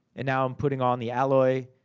and now i'm putting on the alloy.